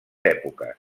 èpoques